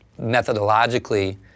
methodologically